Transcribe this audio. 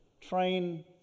train